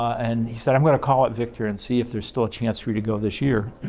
and he said, i'm going to call up victor and see if there's still a chance for you to go this year.